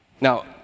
Now